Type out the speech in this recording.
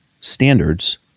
standards